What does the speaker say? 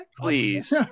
please